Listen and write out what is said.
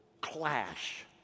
clash